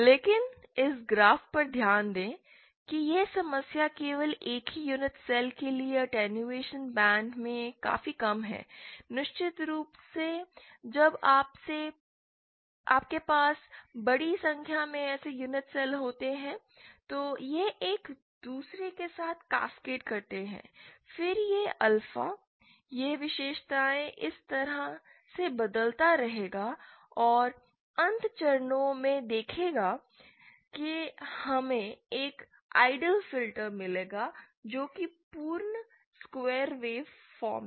लेकिन इस ग्राफ पर ध्यान दें कि यह समस्या केवल एक ही यूनेट सेल के लिए अटेंडहुएसन बैंड में काफी कम है निश्चित रूप से जब आपके पास बड़ी संख्या में ऐसे यूनेट सेल होते हैं तो यह एक दूसरे के साथ कास्केड करते हैं फिर यह अल्फा यह विशेषताएँ इस तरह से बदलता रहेगा और अनंत चरणों में दिखेगा कि हमें एक आइडियल फिल्टर मिलेगा जो कि पूर्ण स्क्वायर वेव फोरम है